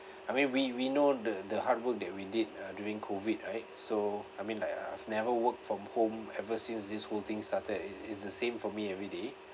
I mean we we know the the hard work that we did uh during COVID right so I mean like I've never work from home ever since this whole thing started it it's the same for me everyday